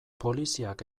poliziak